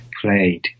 played